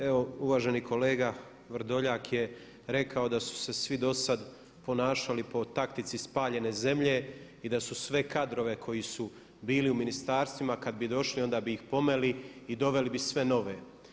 Evo uvaženi kolega Vrdoljak je rekao da su se svi do sada ponašali po taktici spaljene zemlje i da su sve kadrove koji su bili u ministarstvima kada bi došli onda bih ih pomeli i doveli bi sve nove.